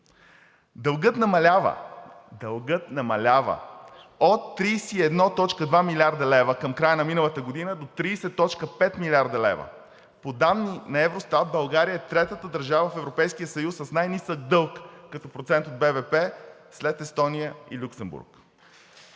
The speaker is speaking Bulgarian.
Дългът намалява от 31,2 млрд. лв. към края на миналата година до 30,5 млрд. лв. По данни на Евростат България е третата държава в Европейския съюз с най-нисък дълг като процент от БВП, след Естония и Люксембург.